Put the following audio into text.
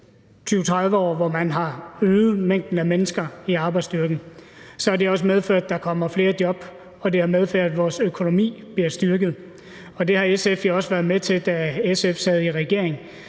20-30 år, hvor man har øget mængden af mennesker i arbejdsstyrken, også medført, at der kommer flere job, og det har medført, at vores økonomi er blevet styrket. Og det har SF jo også være med til, da SF sad i regering.